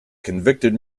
convicted